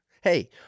Hey